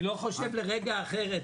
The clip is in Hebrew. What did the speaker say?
אני לא חושב לרגע אחרת.